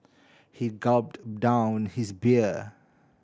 he gulped down his beer